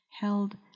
held